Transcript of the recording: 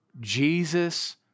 Jesus